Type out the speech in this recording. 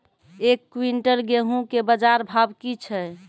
एक क्विंटल गेहूँ के बाजार भाव की छ?